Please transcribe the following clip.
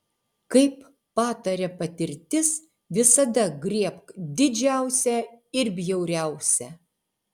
kaip pataria patirtis visada griebk didžiausią ir bjauriausią